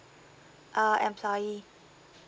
uh employee